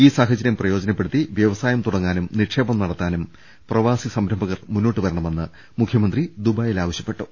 ഈ സാഹചര്യം പ്രയോജനപ്പെ ടുത്തി വൃവസായം തുടങ്ങാനും നിക്ഷേപം നടത്താനും പ്രവാസി സംരംഭകർ മുന്നോട്ടു വരണമെന്ന് മുഖ്യമന്ത്രി ദുബായിൽ ആവശ്യപ്പെട്ടു